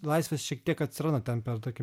laisvės šiek tiek atsiranda ten per tokį